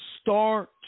start